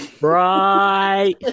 right